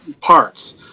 parts